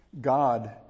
God